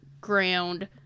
ground